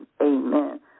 Amen